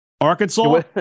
Arkansas